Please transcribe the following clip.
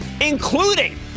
including